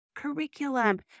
curriculum